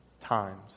times